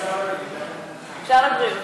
אפשר לבריאות.